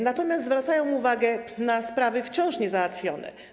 Natomiast zwracają oni uwagę na sprawy wciąż niezałatwione.